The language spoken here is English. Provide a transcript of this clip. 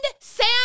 Sam